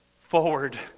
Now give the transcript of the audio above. forward